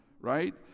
right